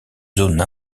zone